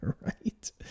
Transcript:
right